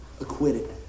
Acquitted